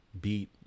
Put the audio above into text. Beat